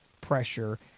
pressure